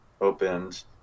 opened